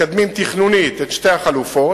מקדמים תכנונית את שתי החלופות,